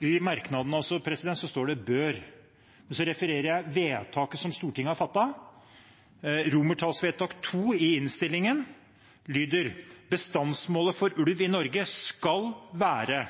I merknaden står det altså «bør». Videre vil jeg referere vedtaket som Stortinget fattet under II i innstillingen: «Bestandsmålet for ulv i Norge skal være